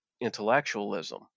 intellectualism